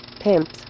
pimps